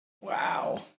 Wow